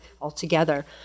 altogether